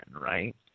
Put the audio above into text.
right